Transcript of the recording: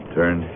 Turn